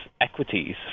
equities